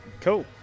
Cool